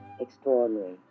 extraordinary